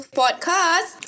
podcast